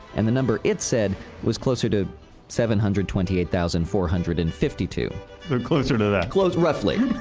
and the number it said was closer to seven hundred twenty-eight thousand four hundred and fifty-two they're closer to that. close roughly.